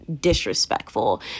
disrespectful